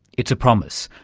it's a promise,